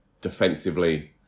defensively